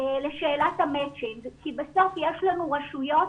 לשאלת המצ'ינג, כי בסוף יש לנו רשויות